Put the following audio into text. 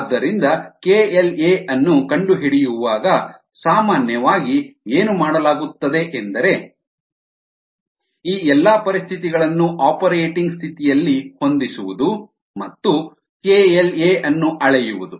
ಆದ್ದರಿಂದ kLa ಅನ್ನು ಕಂಡುಹಿಡಿಯುವಾಗ ಸಾಮಾನ್ಯವಾಗಿ ಏನು ಮಾಡಲಾಗುತ್ತದೆ ಎಂದರೆ ಈ ಎಲ್ಲಾ ಪರಿಸ್ಥಿತಿಗಳನ್ನು ಆಪರೇಟಿಂಗ್ ಸ್ಥಿತಿಯಲ್ಲಿ ಹೊಂದಿಸುವುದು ಮತ್ತು kLa ಅನ್ನು ಅಳೆಯುವುದು